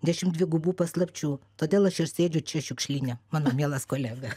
dešimdvigubų paslapčių todėl aš ir sėdžiu čia šiukšlyne mano mielas kolega